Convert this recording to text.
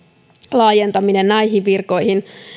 laajentaminen näihin virkoihin